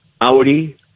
Audi